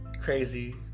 crazy